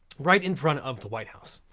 right in front of the white house.